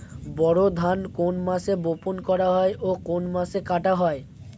বোরো ধান কোন মাসে বপন করা হয় ও কোন মাসে কাটা হয়?